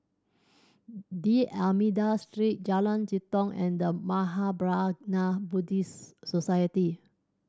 D'Almeida Street Jalan Jitong and The Mahaprajna Buddhist Society